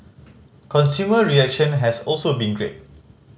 consumer reaction has also been great